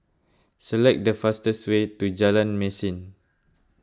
select the fastest way to Jalan Mesin